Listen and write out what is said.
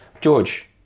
George